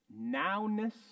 nowness